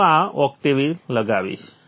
હું આ ઓક્ટેવ લગાવીશ